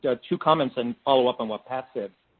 ah two comments and follow up on what pat said.